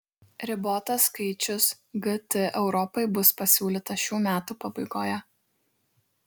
ribotas skaičius gt europai bus pasiūlytas šių metų pabaigoje